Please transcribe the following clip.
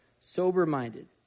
sober-minded